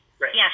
Yes